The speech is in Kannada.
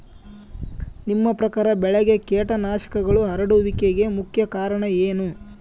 ನಿಮ್ಮ ಪ್ರಕಾರ ಬೆಳೆಗೆ ಕೇಟನಾಶಕಗಳು ಹರಡುವಿಕೆಗೆ ಮುಖ್ಯ ಕಾರಣ ಏನು?